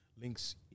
Link's